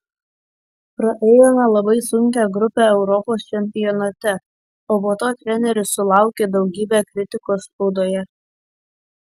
praėjome labai sunkią grupę europos čempionate o po to treneris sulaukė daugybę kritikos spaudoje